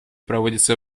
проводится